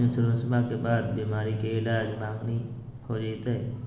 इंसोरेंसबा के बाद बीमारी के ईलाज मांगनी हो जयते?